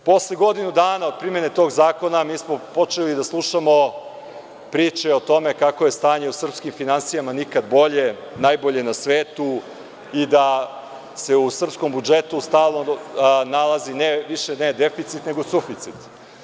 Posle godinu dana od primene tog zakona mi smo počeli da slušamo priče o tome kako je stanje u srpskim finansijama nikad bolje, najbolje na svetu i da se u srpskom budžetu nalazi više ne deficit, nego suficit.